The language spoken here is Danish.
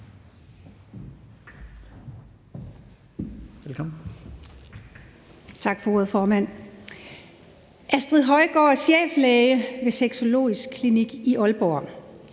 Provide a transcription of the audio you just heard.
(KF): Tak for ordet, formand. Astrid Højgaard er cheflæge ved sexologisk klinik i Aalborg,